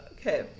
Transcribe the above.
okay